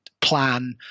plan